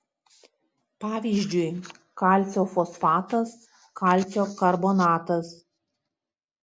pavyzdžiui kalcio fosfatas kalcio karbonatas